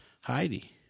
Heidi